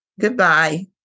Goodbye